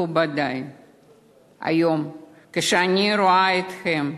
מכובדי, היום, כשאני רואה אתכם,